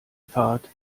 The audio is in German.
fahrt